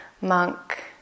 monk